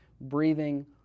breathing